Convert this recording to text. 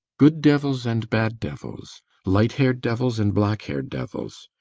good devils and bad devils light-haired devils and black-haired devils.